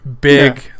big